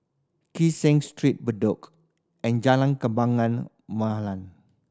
Kee Seng Street Bedok and Jalan Kembang